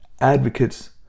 advocates